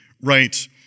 right